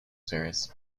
series